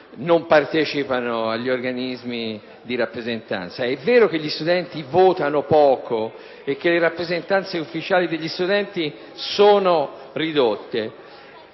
non partecipano agli organismi di rappresentanza. È vero che gli studenti votano poco e che le rappresentanze ufficiali degli studenti sono ridotte*.